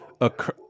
occur